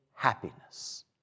Happiness